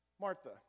Martha